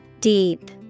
Deep